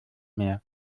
mehr